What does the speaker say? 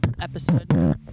episode